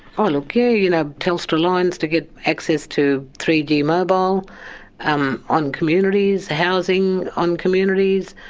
ah look, yeah, you know telstra lines to get access to three g mobile um on communities. housing on communities.